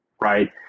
right